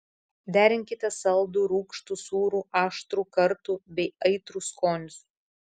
derinkite saldų rūgštų sūrų aštrų kartų bei aitrų skonius